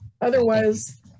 Otherwise